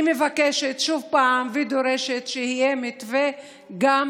אני מבקשת שוב ודורשת שיהיה מתווה גם